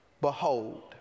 behold